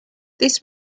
this